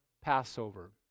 Passover